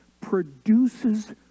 produces